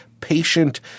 Patient